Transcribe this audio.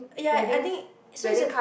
ya I think so it's a